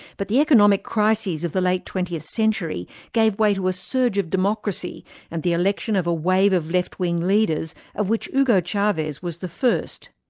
but the economic crises of the late twentieth century gave way to a surge of democracy and the election of a wave of left-wing leaders, of which hugo chavez was the first.